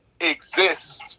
exist